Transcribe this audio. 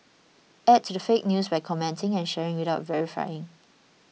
add to the fake news by commenting and sharing without verifying